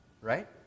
right